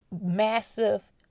massive